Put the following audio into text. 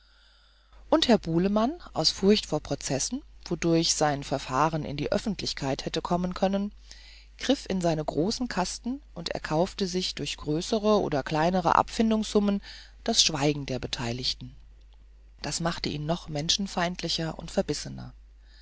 und herr bulemann aus furcht vor prozessen wodurch sein verfahren in die öffentlichkeit hätte kommen können griff in seine großen kasten und erkaufte sich durch größere oder kleinere abfindungssummen das schweigen der beteiligten das machte ihn noch menschenfeindlicher und verbissener